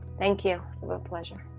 thank you. my pleasure.